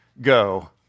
go